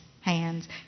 hands